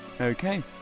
Okay